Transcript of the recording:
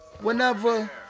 whenever